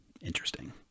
interesting